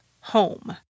home